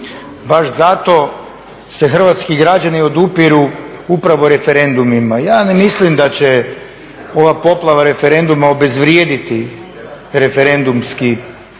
baš zato se hrvatski građani odupiru upravo referendumima. Ja ne mislim da će ova poplava referenduma obezvrijediti referendumski